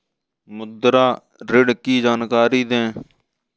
मुद्रा ऋण की जानकारी दें?